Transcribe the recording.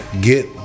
get